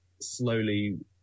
slowly